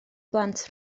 blant